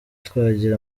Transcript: twagira